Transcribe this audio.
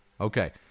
Okay